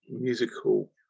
musical